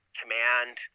command